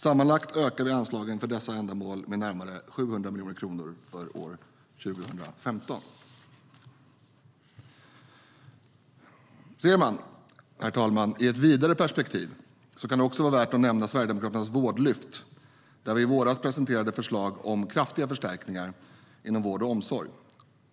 Sammanlagt ökar vi anslagen för dessa ändamål med närmare 700 miljoner kronor för år 2015.Ser man, herr talman, i ett vidare perspektiv kan det också vara värt att nämna Sverigedemokraternas vårdlyft, där vi i våras presenterade förslag om kraftiga förstärkningar inom vård och omsorg.